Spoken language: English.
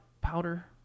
powder